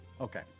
Okay